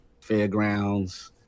fairgrounds